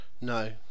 No